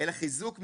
אלא חיזוק מבנים.